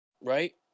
right